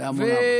בהמוניו.